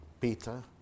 Peter